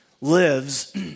lives